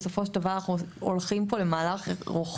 בסופו של דבר אנחנו הולכים פה למהלך רוחבי,